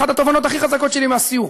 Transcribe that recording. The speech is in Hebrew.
אחת התובנות הכי חזקות שלי מהסיור,